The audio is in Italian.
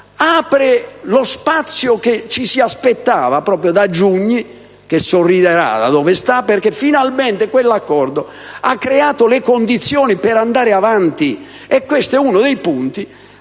quello spazio che ci si aspettava proprio da Giugni (che sorriderà da dove si trova), perché, finalmente, tale accordo ha creato le condizioni per andare avanti. E questo è uno dei punti